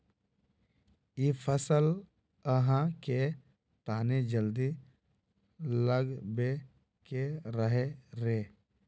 इ फसल आहाँ के तने जल्दी लागबे के रहे रे?